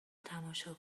تماشا